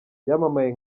yamamaye